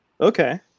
Okay